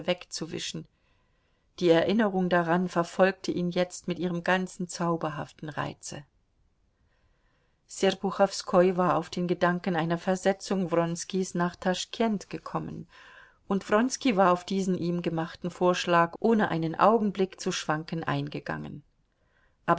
wegzuwischen die erinnerung daran verfolgte ihn jetzt mit ihrem ganzen zauberhaften reize serpuchowskoi war auf den gedanken einer versetzung wronskis nach taschkent gekommen und wronski war auf diesen ihm gemachten vorschlag ohne einen augenblick zu schwanken eingegangen